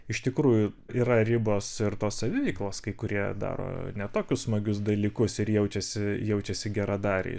iš tikrųjų yra ribos ir tos saviveiklos kai kurie daro ne tokius smagius dalykus ir jaučiasi jaučiasi geradariais